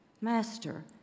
Master